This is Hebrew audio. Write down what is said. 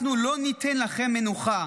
אנחנו לא ניתן לכם מנוחה.